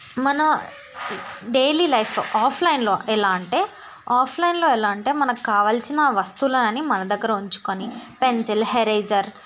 మన daily life ఆఫ్లైన్లో ఎలా అంటే ఆఫ్లైన్లో ఎలా అంటే మనకు కావాల్సిన వస్తువులని మన దగ్గర ఉంచుకొని పెన్సిల్ ఎరేజర్